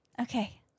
Okay